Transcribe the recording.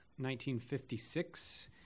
1956